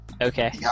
Okay